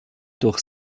durch